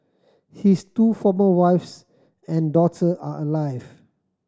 his two former wives and daughter are alive